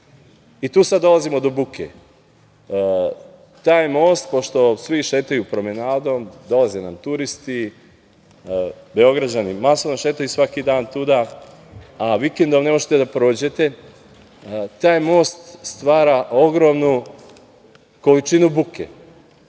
itd. Tu sad dolazimo do buke. Taj most, pošto svi šetaju promenadom, dolaze nam turisti, Beograđani masovno šetaju svaki dan tuda, a vikendom ne možete da prođete, taj most stvara ogromnu količinu buke